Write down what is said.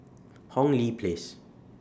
Hong Lee Place